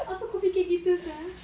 asal kau fikir gitu sia